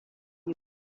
you